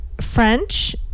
French